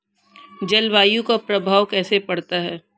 जलवायु का प्रभाव कैसे पड़ता है?